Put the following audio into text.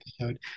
episode